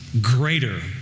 greater